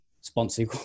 sponsor